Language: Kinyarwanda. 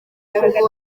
w’urugo